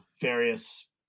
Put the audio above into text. various